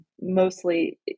mostly